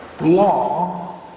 law